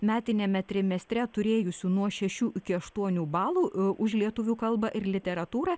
metiniame trimestre turėjusių nuo šešių iki aštuonių balų už lietuvių kalbą ir literatūrą